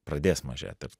pradės mažėt taip